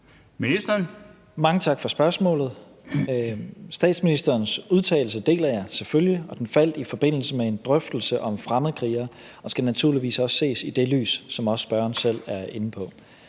Mange tak for spørgsmålet. Statsministerens udtalelse deler jeg selvfølgelig, og den faldt i forbindelse med en drøftelse af fremmedkrigere og skal naturligvis også ses i det lys, hvad spørgeren også selv er inde på.